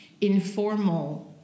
informal